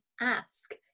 ask